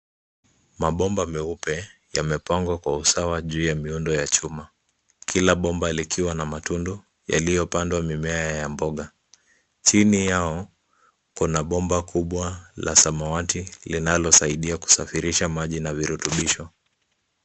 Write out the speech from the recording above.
Mabomba meupe yamepangwa kwa usawa juu ya miundo ya chuma. Kila bomba likiwa na matundu yaliyopandwa mimea ya mboga. Chini yao kuna bomba kubwa la samawati linalosaidia kusafirisha maji na virutubisho.